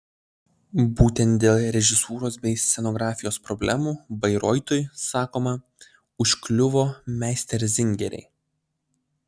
būtent dėl režisūros bei scenografijos problemų bairoitui sakoma užkliuvo meisterzingeriai